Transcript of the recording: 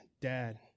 dad